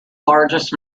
largest